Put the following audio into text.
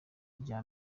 rya